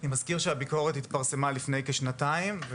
אני מזכיר שהביקורת התפרסמה לפני כשנתיים,